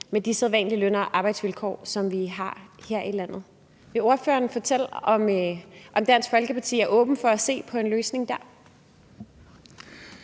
med de sædvanlige løn- og arbejdsvilkår, som vi har her i landet. Vil ordføreren fortælle, om Dansk Folkeparti er åben for at se på en løsning der?